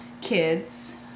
kids